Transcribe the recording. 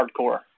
hardcore